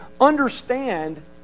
understand